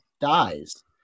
dies